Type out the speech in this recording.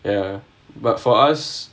ya but for us